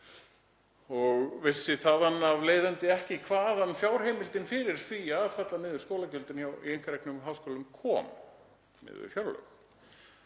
og vissi þar af leiðandi ekki hvaðan fjárheimildin fyrir því að fella niður skólagjöld í einkareknum háskólum kæmi miðað við fjárlög.